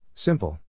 Simple